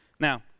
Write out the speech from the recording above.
Now